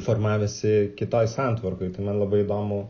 formavęsi kitoj santvarkoj tai man labai įdomu